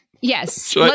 Yes